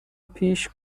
پیش